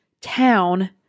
town